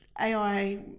AI